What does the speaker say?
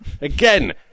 Again